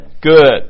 Good